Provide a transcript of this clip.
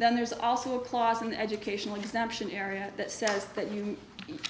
then there's also a clause in the educational exemption area that says that you know